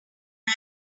eye